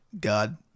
God